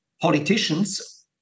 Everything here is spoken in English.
politicians